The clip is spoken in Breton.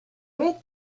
bet